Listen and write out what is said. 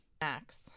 max